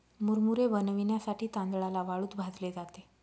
मुरमुरे बनविण्यासाठी तांदळाला वाळूत भाजले जाते